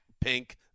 pink